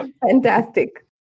Fantastic